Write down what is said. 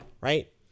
Right